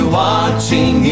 watching